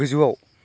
गोजौआव